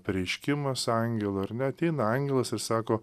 pareiškimas angelo ar ne ateina angelas ir sako